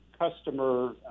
customer